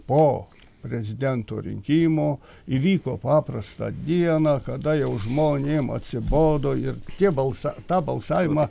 po prezidento rinkimų įvyko paprastą dieną kada jau žmonėm atsibodo ir tie balsą tą balsavimą